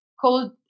called